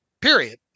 period